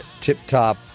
tip-top